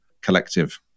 collective